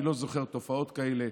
אני לא זוכר תופעות כאלה,